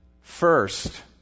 first